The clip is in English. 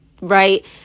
Right